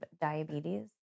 diabetes